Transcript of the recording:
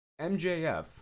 MJF